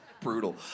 brutal